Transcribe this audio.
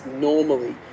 normally